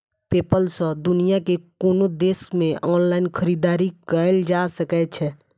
PayPal सं दुनिया के कोनो देश मे ऑनलाइन खरीदारी कैल जा सकै छै